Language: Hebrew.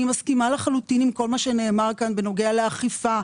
אני מסכימה לחלוטין עם כל מה שנאמר כאן בנוגע לאכיפה,